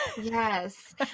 Yes